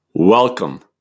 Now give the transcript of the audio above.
Welcome